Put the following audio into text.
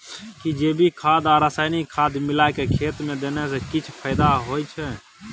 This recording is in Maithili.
कि जैविक खाद आ रसायनिक खाद मिलाके खेत मे देने से किछ फायदा होय छै?